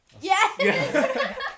Yes